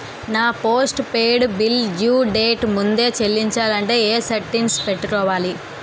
నా postpaid bill due date ముందే చెల్లించాలంటే ఎ సెట్టింగ్స్ పెట్టుకోవాలి?